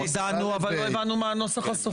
דנו, אבל לא הבנו מה הנוסח הסופי.